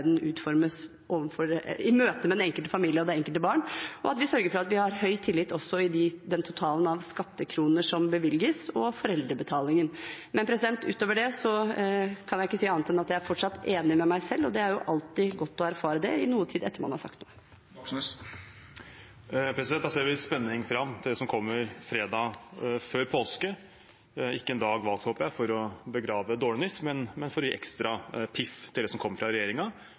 utformes i møte med den enkelte familie og det enkelte barn, og at vi sørger for at vi har høy tillit også med tanke på den totalen av skattekroner som bevilges, og foreldrebetalingen. Men utover det kan jeg ikke si annet enn at jeg fortsatt er enig med meg selv, og det er alltid godt å erfare det noe tid etter at man sagt noe. Det vert opna for oppfølgingsspørsmål – fyrst Bjørnar Moxnes. Da ser vi med spenning fram til det som kommer fredag før påske – ikke en dag valgt for, håper jeg, å begrave dårlig nytt, men for å gi ekstra piff til det som kommer fra